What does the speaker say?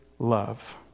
Love